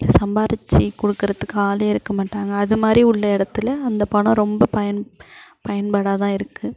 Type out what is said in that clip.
இல்லை சம்பாரித்து கொடுக்குறத்துக்கு ஆளே இருக்க மாட்டாங்க அது மாதிரி உள்ள இடத்துல அந்த பணம் ரொம்ப பயன் பயன்பாடாக தான் இருக்குது